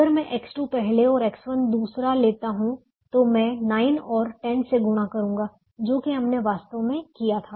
अगर मैं X2 पहले और X1 दूसरा लेता हूं तो मैं 9 और 10 से गुणा करूंगा जो कि हमने वास्तव में किया था